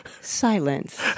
silence